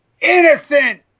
Innocent